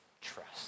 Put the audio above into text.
trust